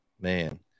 man